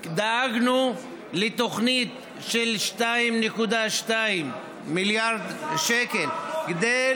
דאגנו לתוכנית של 2.2 מיליארד שקל, אדוני